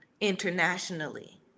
internationally